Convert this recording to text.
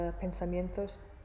pensamientos